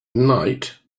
night